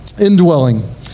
indwelling